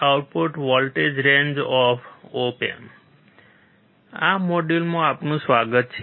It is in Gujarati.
આ મોડ્યુલમાં આપનું સ્વાગત છે